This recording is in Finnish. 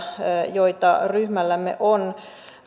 joita ryhmällämme on